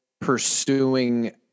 pursuing